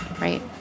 Right